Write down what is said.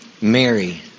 Mary